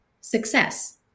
success